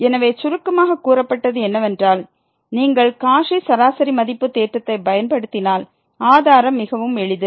எனவே இன்று சுருக்கமாகக் கூறப்பட்டது என்ன என்றால் நீங்கள் காச்சி சராசரி மதிப்பு தேற்றத்தைப் பயன்படுத்தினால் ஆதாரம் மிகவும் எளிது